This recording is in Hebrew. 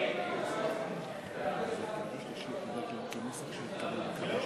חוק גיל הנישואין (תיקון מס'